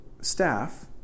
staff